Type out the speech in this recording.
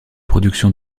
production